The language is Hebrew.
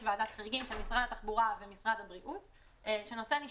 ועדת החריגים הזאת עדיין לא נתנה אישורים,